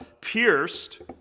pierced